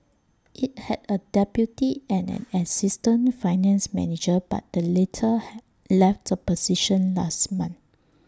IT had A deputy and an assistant finance manager but the latter left the position last month